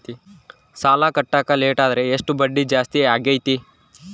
ಸಾಲ ಕಟ್ಟಾಕ ಲೇಟಾದರೆ ಎಷ್ಟು ಬಡ್ಡಿ ಜಾಸ್ತಿ ಆಗ್ತೈತಿ?